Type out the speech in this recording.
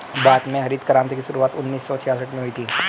भारत में हरित क्रान्ति की शुरुआत उन्नीस सौ छियासठ में हुई थी